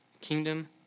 Kingdom